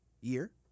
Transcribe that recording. year